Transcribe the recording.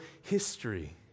history